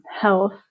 health